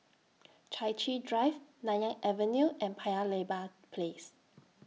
Chai Chee Drive Nanyang Avenue and Paya Lebar Place